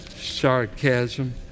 Sarcasm